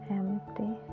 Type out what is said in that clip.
empty